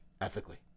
ethically